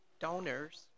donors